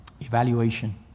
Evaluation